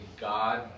god